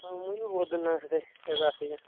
ହଁ ମୁଇଁ ବି ବହୁତ ଦିନ ଏବେ ଆସିଛେ